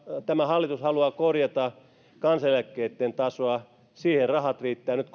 tämä hallitus haluaa korjata kansaneläkkeitten tasoa siinä rahat riittävät nyt